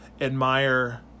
admire